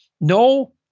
no